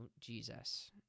Jesus